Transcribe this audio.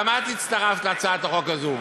גם את הצטרפת להצעת החוק הזאת.